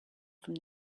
from